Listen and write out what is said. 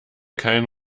kein